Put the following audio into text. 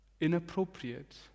inappropriate